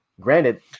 Granted